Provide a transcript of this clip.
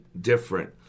different